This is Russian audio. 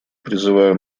призываю